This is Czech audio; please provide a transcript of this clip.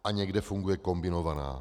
A někde funguje kombinovaná.